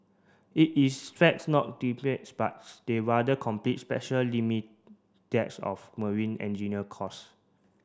it is facts not but they rather complete special limit decks of marine engineer course